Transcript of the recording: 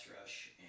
rush